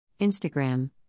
Instagram